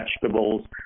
vegetables